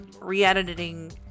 re-editing